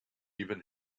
even